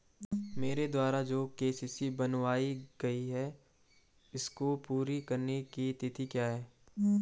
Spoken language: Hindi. मेरे द्वारा जो के.सी.सी बनवायी गयी है इसको पूरी करने की तिथि क्या है?